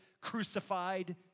crucified